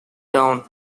down